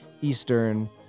Eastern